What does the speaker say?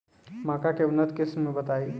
मक्का के उन्नत किस्म बताई?